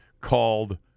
called